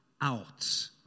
out